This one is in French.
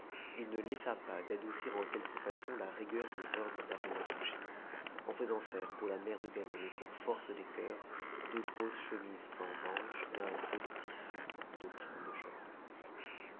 il ne laissa pas d'adoucir en quelque façon la rigueur des ordres d'haroun airaschid en faisant faire pour la mère de ganem et pour force des cœurs de grosses chemises sans manches d'un gros tissu de crin de cheval